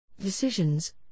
Decisions